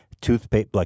toothpaste